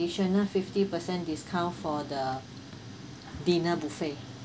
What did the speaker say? issued a fifty percent discount for the dinner buffet